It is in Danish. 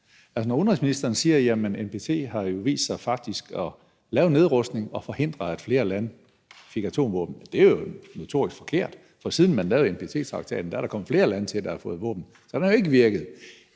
Når udenrigsministeren siger, at NPT jo faktisk har vist sig at lave en nedrustning og forhindre, at flere lande fik atomvåben, er det jo notorisk forkert. For siden man lavede NPT-traktaten, er der kommet flere lande til, der har fået våben. Så den har jo ikke virket.